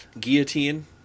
Guillotine